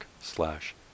slash